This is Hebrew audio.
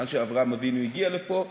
מאז שאברהם אבינו הגיע לפה.